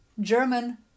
German